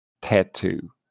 tattoo